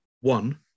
one